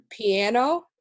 Piano